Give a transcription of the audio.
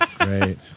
Great